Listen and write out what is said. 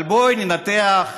אבל בואי ננתח,